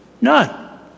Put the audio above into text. None